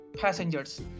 passengers